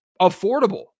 affordable